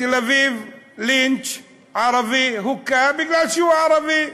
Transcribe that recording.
בתל-אביב לינץ' ערבי הוכה בגלל שהוא ערבי.